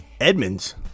Edmonds